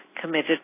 committed